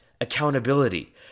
accountability